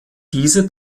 diese